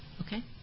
Okay